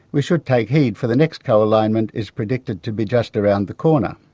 we should take heed for the next co-alignment is predicted to be just around the corner.